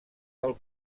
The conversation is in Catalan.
del